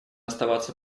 оставаться